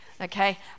okay